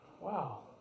Wow